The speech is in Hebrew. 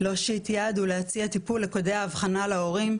להושיט יד ולהציע טיפול לקודי האבחנה להורים,